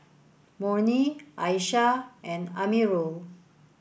Murni Aishah and Amirul